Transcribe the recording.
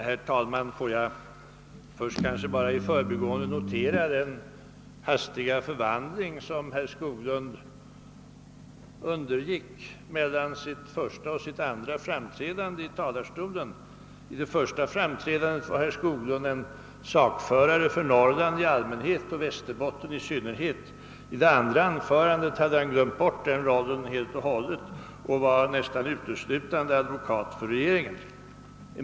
Herr talman! Får jag först i förbigående notera den hastiga förvandling som herr Skoglund undergick mellan sitt första och sitt andra framträdande i talarstolen. I sitt första inlägg var herr Skoglund sakförare för Norrland i allmänhet och Västerbotten i synnerhet. I sitt andra inlägg hade han glömt den rollen och var nästan uteslutande advokat för regeringen.